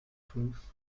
proof